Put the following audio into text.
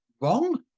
wrong